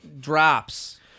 drops